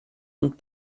und